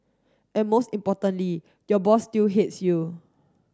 and most importantly your boss still hates you